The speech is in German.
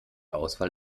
auswahl